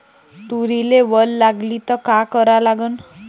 तुरीले वल लागली त का करा लागन?